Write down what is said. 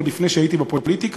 עוד לפני שהייתי בפוליטיקה,